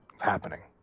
Happening